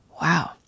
Wow